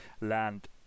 land